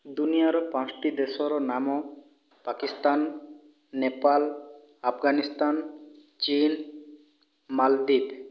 ଦୁନିଆର ପାଞ୍ଚୋଟି ଦେଶର ନାମ ପାକିସ୍ତାନ ନେପାଲ ଆଫଗାନିସ୍ତାନ ଚୀନ୍ ମାଲଦିଭ୍ସ